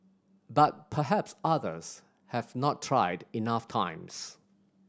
but perhaps others have not tried enough times